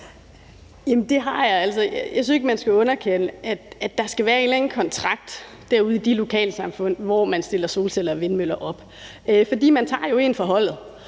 (SF): Det har jeg. Jeg synes ikke, man skal underkende, at der skal være en eller anden kontrakt ude i de lokalsamfund, hvor man stiller solceller og vindmøller op, for de tager jo en for holdet.